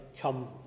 come